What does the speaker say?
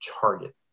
target